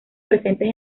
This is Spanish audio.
presentes